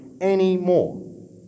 anymore